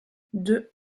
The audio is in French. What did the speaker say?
deux